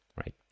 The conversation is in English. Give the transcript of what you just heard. right